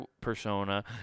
persona